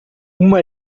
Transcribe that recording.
uma